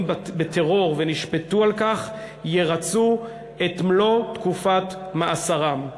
בטרור ונשפטו על כך ירצו את מלוא תקופת מאסרם.